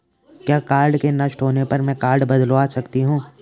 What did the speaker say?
क्या कार्ड के नष्ट होने पर में कार्ड बदलवा सकती हूँ?